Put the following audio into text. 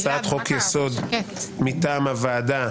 הצעת חוק מטעם הוועדה,